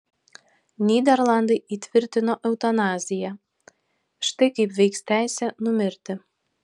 nyderlandai įtvirtino eutanaziją štai kaip veiks teisė numirti